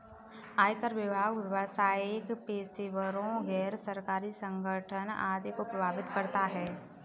आयकर विभाग व्यावसायिक पेशेवरों, गैर सरकारी संगठन आदि को प्रभावित करता है